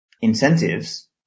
incentives